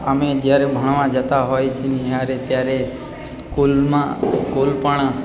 અમે જયારે ભણવા જતા હોઈએ છીએ ત્યારે સ્કૂલમાં સ્કૂલ પણ